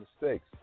mistakes